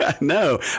No